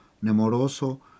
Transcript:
nemoroso